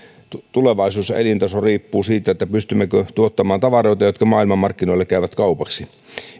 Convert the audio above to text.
tulevaisuus ja elintaso riippuvat siitä pystymmekö tuottamaan tavaroita jotka maailmanmarkkinoilla käyvät kaupaksi